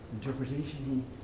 interpretation